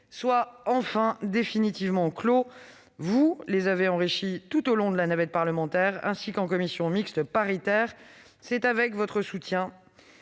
soit enfin définitivement clos. Vous les avez enrichies tout au long de la navette parlementaire, ainsi qu'en commission mixte paritaire. Avec votre soutien,